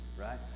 right